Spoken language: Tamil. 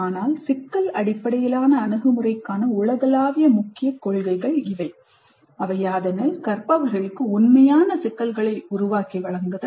ஆனால் சிக்கல் அடிப்படையிலான அணுகுமுறைக்கான உலகளாவிய முக்கிய கொள்கைகள் இவை கற்பவர்களுக்கு உண்மையான சிக்கல்களை உருவாக்கி வழங்குதல்